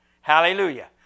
Hallelujah